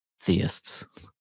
theists